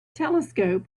telescope